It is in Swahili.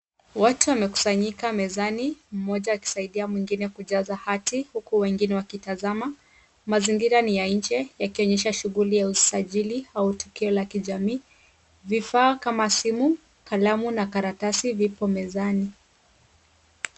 Watu wamekusanyika mezani, mmoja akisaidia mwingine kujaza hati huku wengine wakitazama. Mazingira ni ya nje yakionyesha shughuli ya usajili au tukio la kijamii. Vifaa kama simu, kalamu na karatasi vipo mezani.